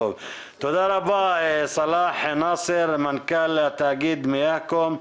תודה רבה, סלאח נסאר, מנכ"ל תאגיד מיאהקום.